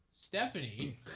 Stephanie